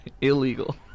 Illegal